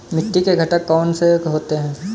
मिट्टी के घटक कौन से होते हैं?